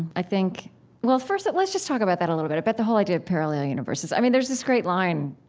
i think well, first let's just talk about that a little bit, about the whole idea of parallel universes. i mean, there's this great line